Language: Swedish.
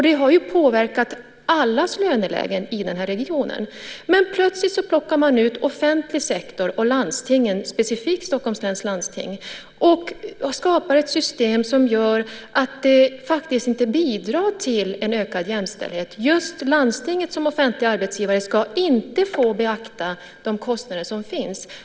Det har ju påverkat allas löneläge i den här regionen. Men plötsligt plockar man ut offentlig sektor och landstingen, specifikt Stockholms läns landsting, och skapar ett system som faktiskt inte bidrar till en ökad jämställdhet. Just landstinget som offentlig arbetsgivare ska inte få beakta de kostnader som finns.